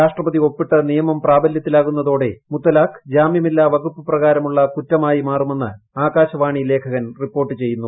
രാഷ്ട്രപതി ഒപ്പിട്ട് നിയമം പ്രാബല്യത്തിലാകുന്നതോടെ മുത്തലാഖ് ജാമ്യമില്ലാ വകുപ്പ് പ്രകാരമുള്ള കുറ്റമായി മാറുമെന്ന് ആകാശവാണി ലേഖകൻ റിപ്പോർട്ട് ചെയ്യുന്നു